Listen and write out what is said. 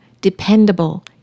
dependable